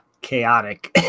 chaotic